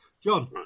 John